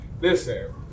Listen